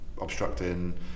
obstructing